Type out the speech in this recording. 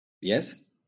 Yes